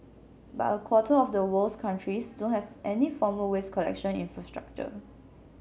but a quarter of the world's countries don't have any formal waste collection infrastructure